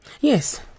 Yes